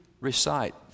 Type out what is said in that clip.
recite